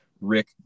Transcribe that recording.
rick